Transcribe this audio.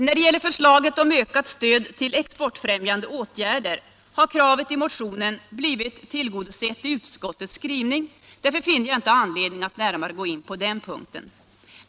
När det gäller förslaget om ökat stöd till exportfrämjande åtgärder har kravet i motionen blivit tillgodosett i utskottets skrivning. Därför finner jag inte anledning att närmare gå in på den punkten.